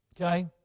Okay